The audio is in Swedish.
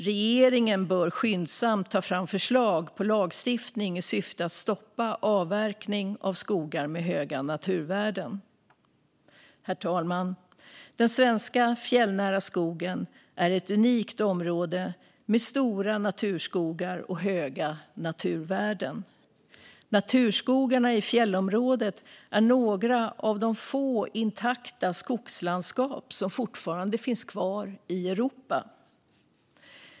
Regeringen bör skyndsamt ta fram förslag på lagstiftning i syfte att stoppa avverkning av skogar med höga naturvärden. Herr talman! Den svenska fjällnära skogen är ett unikt område med stora naturskogar och höga naturvärden. Naturskogarna i fjällområdet är några av de få intakta skogslandskap som fortfarande finns kvar i Europa.